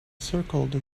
circled